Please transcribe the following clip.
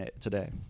today